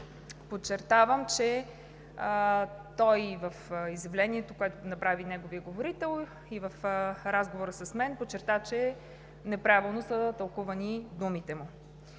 подчертавам, че в изявлението, което направи неговият говорител, и в разговора с мен той подчерта, че неправилно са тълкувани думите му.